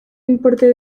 importe